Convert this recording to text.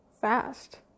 fast